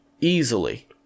easily